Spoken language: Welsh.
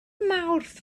mawrth